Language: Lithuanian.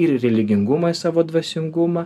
ir religingumą į savo dvasingumą